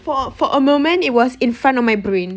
for for a moment it was in front of my brain